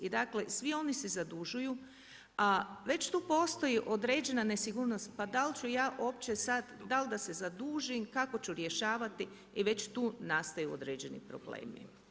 I dakle svi oni se zadužuju, a već tu postoji određena nesigurnost, pa dal ću ja uopće sada, dal da se zadužim, kako ću rješavati i već tu nastaju određeni problemi.